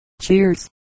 Cheers